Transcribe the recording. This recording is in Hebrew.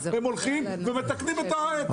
הם הולכים ומתקנים את הפקודה.